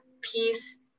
peace